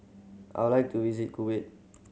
I would like to visit Kuwait